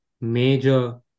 major